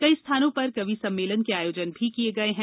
कई स्थानों पर कवि सम्मेलन के आयोजन भी किये गए हैं